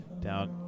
down